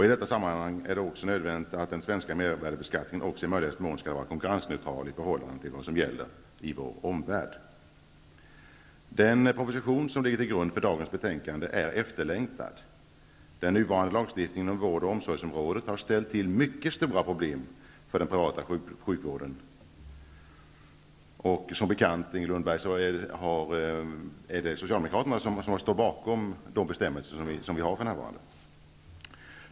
I detta sammanhang är det också nödvändigt att den svenska mervärdesbeskattningen i möjligaste mån skall vara konkurrensneutral i förhållande till vad som gäller i vår omvärld. Den proposition som ligger till grund för dagens betänkande är efterlängtad. Den nuvarande lagstiftningen på vård och omsorgsområdet har ställt till mycket stora problem för den privata sjukvården. Som bekant, Inger Lundberg, är det Socialdemokraterna som står bakom de bestämmelser som vi för närvarande har.